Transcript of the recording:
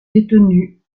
détenu